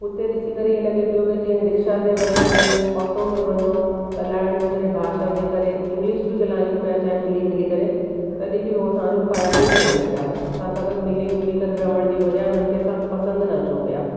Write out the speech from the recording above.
उते ॾिसी करे ईअं लॻे पियो कि जीअं रिक्शा ते वियो ऑटो में वञो ॻाल्हाइण जे करे भाषा जे करे इंग्लिश बि ॻाल्हाइयूं पिया चाहे मिली मिली करे तॾहिं बि उहे असांजो फ़ाइदो ही खणनि पिया असां सां गॾु मिली झूली करे रहण जी बजाए उन्हनि खे असां पसंदि न अचूं पिया